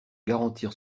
garantir